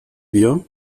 wir